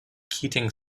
keating